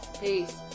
Peace